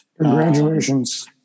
Congratulations